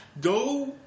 go